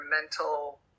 mental